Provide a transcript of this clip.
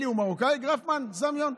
אלי, הוא מרוקאי, גרפמן סמיון?